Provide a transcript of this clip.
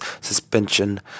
suspension